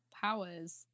powers